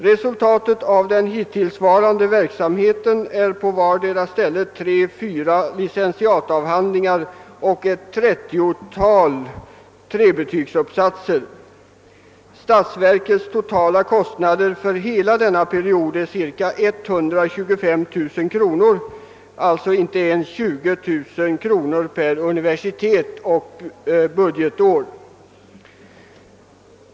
Resultatet av den hittillsvarande verksamheten är på vartdera stället tre å fyra licentiatavhandlingar och ett 30 tal trebetygsuppsatser. Statsverkets totala kostnader för hela denna period är cirka 125 000 kronor, alltså inte ens 20000 kronor per universitet och budgetår.